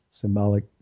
symbolic